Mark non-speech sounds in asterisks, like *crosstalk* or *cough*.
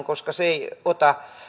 *unintelligible* koska se ei ota